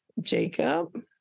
jacob